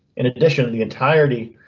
in addition to the entire t.